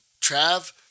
Trav